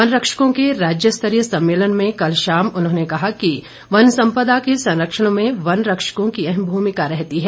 one रक्षकों के राज्य स्तरीय सम्मेलन में कल शाम उन्होंने कहा कि वन संपदा के सरंक्षण में वन रक्षकों की अहम भूमिका रहती है